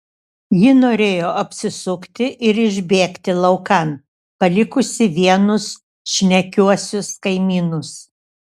ji norėjo apsisukti ir išbėgti laukan palikusi vienus šnekiuosius kaimynus